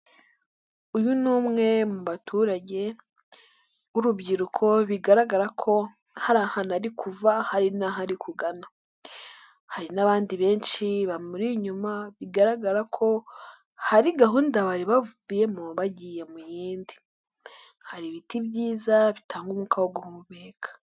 Uyu ni umwe mu baturage b'urubyiruko bigaragara ko hari ahantu ari kuva hari n'ahari kugana. Hari n'abandi benshi bamuri inyuma bigaragara ko hari gahunda bari bavuyemo bagiye mu yindi. Hari ibiti byiza bitanga umwuka wo guhumeka.